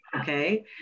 Okay